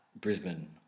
Brisbane